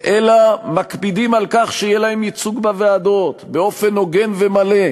אלא מקפידים על כך שיהיה להן ייצוג בוועדות באופן הוגן ומלא,